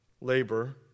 labor